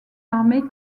armé